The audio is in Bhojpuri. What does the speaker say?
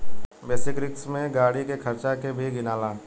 बेसिक रिस्क में गाड़ी के खर्चा के भी गिनाला